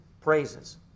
praises